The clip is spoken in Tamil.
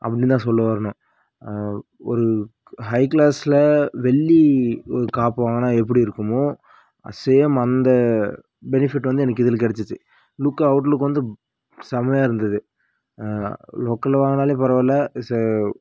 அப்டின்னுதான் சொல்ல வரணும் ஒரு ஹை க்ளாஸ்ல வெள்ளி காப்பு வாங்கினா எப்படி இருக்குமோ சேம் அந்த பெனிஃபிட் வந்து எனக்கு இதில் கெடைச்சிச்சி லுக்கு அவுட் லுக் வந்து செம்மையா இருந்தது லோக்கலில் வாங்கினாலே பரவாயில்ல ச